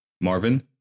Marvin